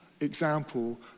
example